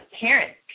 parents